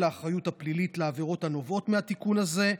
האחריות הפלילית לעבירות הנובעות מהתיקון הזה,